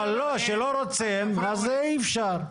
אבל לא, כשלא רוצים אז אי אפשר.